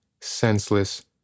senseless